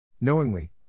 Knowingly